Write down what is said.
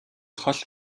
хол